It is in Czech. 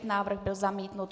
Návrh byl zamítnut.